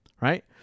right